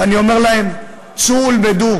ואני אומר להם: צאו ולמדו,